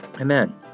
Amen